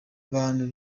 bantu